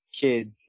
kids